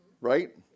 right